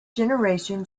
generation